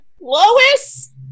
Lois